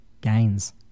Gains